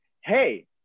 hey